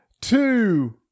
two